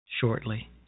shortly